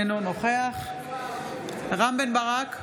אינו נוכח רם בן ברק,